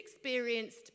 experienced